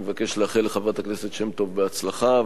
אני מבקש לאחל לחברת הכנסת שמטוב בהצלחה,